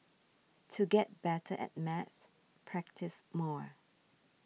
to get better at maths practise more